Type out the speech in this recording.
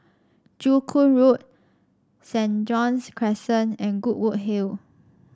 Joo Koon Road Saint John's Crescent and Goodwood Hill